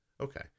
okay